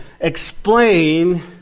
explain